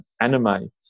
anime